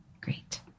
Great